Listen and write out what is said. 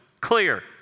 Clear